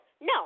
No